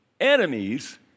enemies